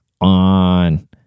on